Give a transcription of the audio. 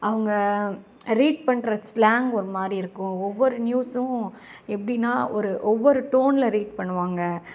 அவங்க ரீட் பண்ணுற ஸ்லாங்க் ஒருமாதிரி இருக்கும் ஒவ்வொரு நியூஸூம் எப்படின்னா ஒரு ஒவ்வொரு டோன்ல ரீட் பண்ணுவாங்கள்